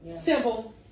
Simple